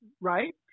right